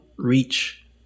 reach